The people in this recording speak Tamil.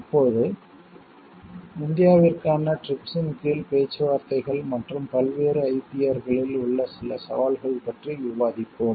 இப்போது இந்தியாவிற்கான TRIPS இன் கீழ் பேச்சுவார்த்தைகள் மற்றும் பல்வேறு IPR களில் உள்ள சில சவால்கள் பற்றி விவாதிப்போம்